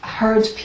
heard